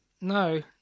No